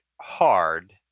hard